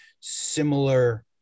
similar